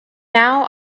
now